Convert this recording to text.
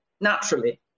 naturally